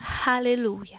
hallelujah